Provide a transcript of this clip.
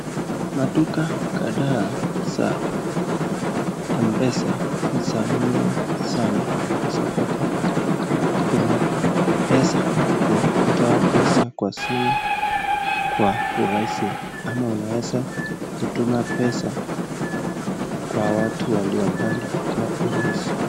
Maduka kadhaa za, Mpesa ni za muhimu sana kwa sababu, unaweza kutoa pesa kwa simu, kwa urahisi ama kutuma pesa kwa watu walio mbali kwa urahisi.